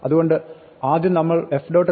അതുകൊണ്ട് ആദ്യം നമ്മൾ f